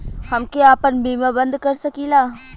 हमके आपन बीमा बन्द कर सकीला?